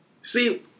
See